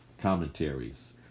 commentaries